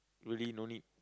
really no need